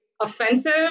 offensive